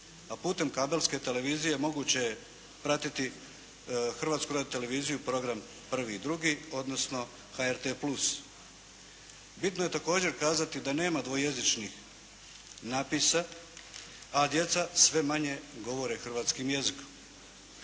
a putem kabelske televizije moguće je pratiti Hrvatsku radio-televiziju program prvi i drugi odnosno HRT Plus. Bitno je također kazati da nema dvojezičnih napisa, a djeca sve manje govore hrvatskim jezikom.